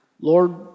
Lord